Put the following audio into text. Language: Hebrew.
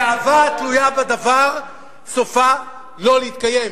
ואהבה התלויה בדבר סופה לא להתקיים,